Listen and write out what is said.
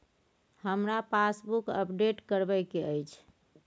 हमरा passbook update करैबे के अएछ?